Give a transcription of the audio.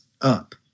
up